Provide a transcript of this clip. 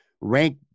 rank